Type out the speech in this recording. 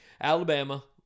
Alabama